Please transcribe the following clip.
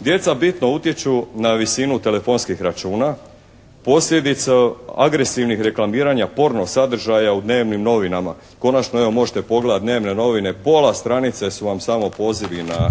Djeca bitno utječu na visinu telefonskih računa. Posljedica agresivnih reklamiranja porno sadržaja u dnevnim novinama, konačno evo možete pogledati dnevne novine, pola stranice su vam samo pozivi na